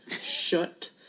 shut